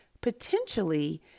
potentially